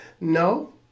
No